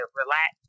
relax